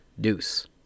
Deuce